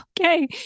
okay